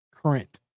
current